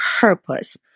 purpose